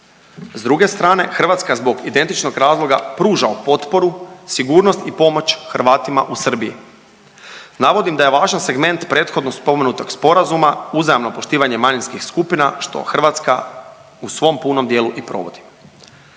S druge strane Hrvatska zbog identičnog razloga pruža potporu, sigurnost i pomoć Hrvatima u Srbiji. Navodim da je važan segment prethodno spomenutog sporazuma uzajamno poštivanje manjinskih skupina što Hrvatska u svom punom dijelu i provodi.